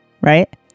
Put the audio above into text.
Right